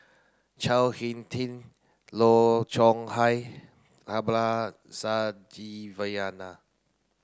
Chao Hin Tin Low Chong Hai